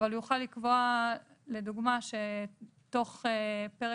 אבל הוא יוכל לקבוע לדוגמה שתוך פרק